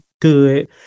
good